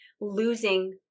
losing